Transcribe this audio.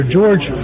George